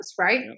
right